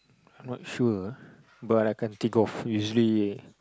not sure ah but I can't think of usually